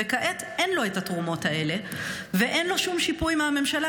וכעת אין לו את התרומות האלה ואין לו שום שיפוי מהממשלה.